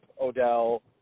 Odell